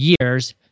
years